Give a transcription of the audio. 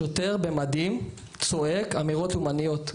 שוטר במדים צועק אמירות לאומניות.